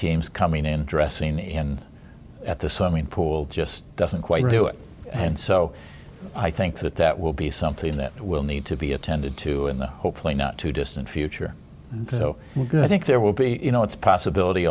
team's coming in dressing and at this i mean pool just doesn't quite do it and so i think that that will be something that will need to be attended to in the hopefully not too distant future so i think there will be you know it's possibility